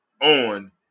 on